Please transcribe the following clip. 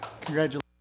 Congratulations